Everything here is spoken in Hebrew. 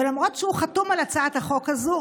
ולמרות שהוא חתום על הצעת החוק הזאת,